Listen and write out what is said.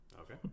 okay